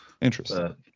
interesting